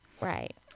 right